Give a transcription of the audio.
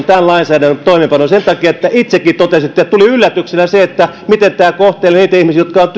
tämän lainsäädännön toimeenpanon sen takia että itsekin totesitte että tuli yllätyksenä se miten tämä kohtelee niitä ihmisiä jotka ovat